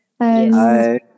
Hi